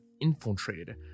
infiltrated